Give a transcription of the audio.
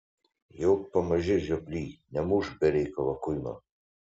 jok pamaži žioply nemušk be reikalo kuino